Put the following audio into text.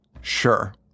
sure